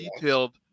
detailed